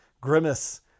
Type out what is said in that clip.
Grimace